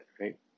right